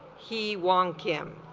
hee hwan kim